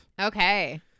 okay